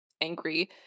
angry